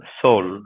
soul